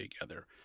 together